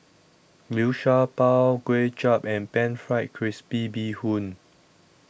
Liu Sha Bao Kuay Chap and Pan Fried Crispy Bee Hoon